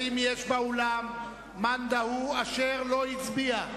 האם יש באולם מאן דהוא אשר לא הצביע?